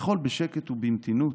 אכול בשקט ובמתינות,